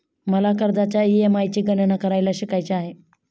मला कर्जाच्या ई.एम.आय ची गणना करायला शिकायचे आहे